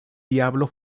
diablo